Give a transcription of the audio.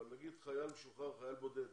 אבל נגיד חייל משוחרר, חייל בודד,